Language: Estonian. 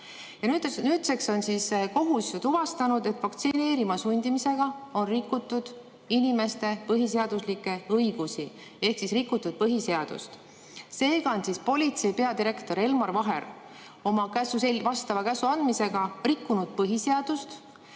Nüüdseks on kohus tuvastanud, et vaktsineerima sundimisega on rikutud inimeste põhiseaduslikke õigusi. On rikutud põhiseadust. Seega on politseipeadirektor Elmar Vaher vastava käsu andmisega rikkunud põhiseadust